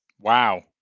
Wow